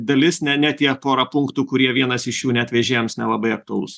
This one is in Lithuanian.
dalis ne ne tie pora punktų kurie vienas iš jų net vežėjams nelabai aktualus